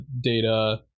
data